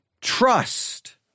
trust